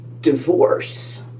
divorce